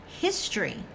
history